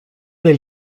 del